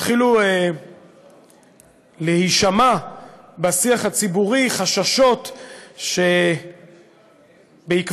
התחילו להישמע בשיח הציבורי חששות שבעקבות